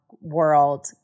world